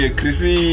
Chrissy